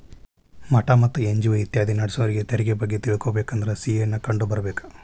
ಮಠಾ ಮತ್ತ ಎನ್.ಜಿ.ಒ ಇತ್ಯಾದಿ ನಡ್ಸೋರಿಗೆ ತೆರಿಗೆ ಬಗ್ಗೆ ತಿಳಕೊಬೇಕಂದ್ರ ಸಿ.ಎ ನ್ನ ಕಂಡು ಬರ್ಬೇಕ